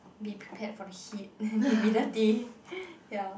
be prepared for the heat and humidity ya